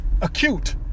acute